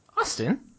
Austin